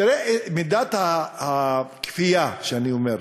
תראה את מידת הכפייה שאני אומר,